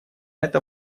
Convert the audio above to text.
это